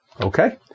Okay